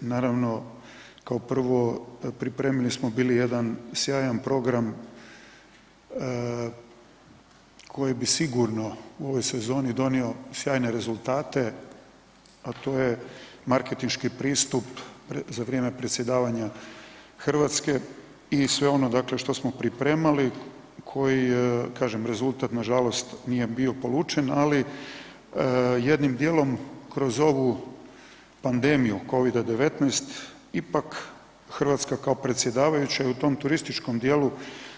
Naravno, kao prvo pripremili smo bili jedan sjajan program koji bi sigurno u ovoj sezoni donio sjajne rezultate, a to je marketinški pristup za vrijeme predsjedavanja RH i sve ono, dakle što smo pripremali, koji kažem, rezultat nažalost nije bio polučen, ali jednim dijelom kroz ovu pandemiju Covid-19 ipak RH kao predsjedavajuća je u tom turističkom dijelu,